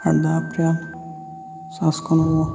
اَرداہ اپریل زٕ ساس کُنوُہ